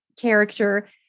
character